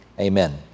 amen